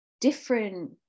different